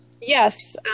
Yes